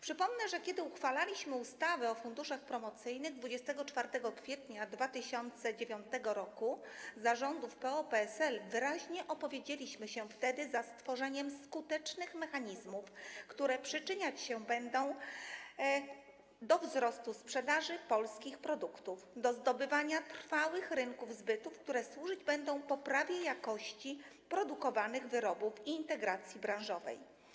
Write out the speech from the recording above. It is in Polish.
Przypomnę, że kiedy uchwalaliśmy ustawę o funduszach promocyjnych 24 kwietnia 2009 r., za rządów PO-PSL, wyraźnie opowiedzieliśmy się za stworzeniem skutecznych mechanizmów, które będą się przyczyniać do wzrostu sprzedaży polskich produktów, do zdobywania trwałych rynków zbytu, które będą służyć poprawie jakości produkowanych wyrobów i integracji branżowej.